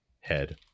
head